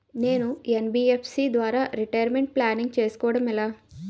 నేను యన్.బి.ఎఫ్.సి ద్వారా retirement planning చేసుకోవడం ఎలా?